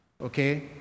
Okay